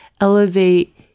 elevate